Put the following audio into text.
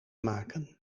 maken